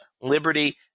Liberty